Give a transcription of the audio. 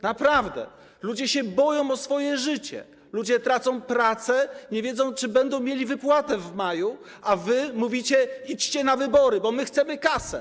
Naprawdę, ludzie się boją o swoje życie, ludzie tracą pracę, nie wiedzą, czy będą mieli wypłatę w maju, a wy mówicie: idźcie na wybory, bo my chcemy kasę.